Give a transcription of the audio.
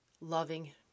loving